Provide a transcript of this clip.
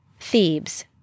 Thebes